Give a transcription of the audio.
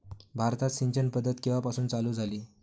भारतात सिंचन पद्धत केवापासून चालू झाली?